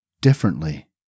differently